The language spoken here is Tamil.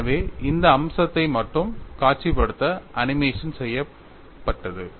எனவே அந்த அம்சத்தை மட்டும் காட்சிப்படுத்த அனிமேஷன் செய்யப்பட்டது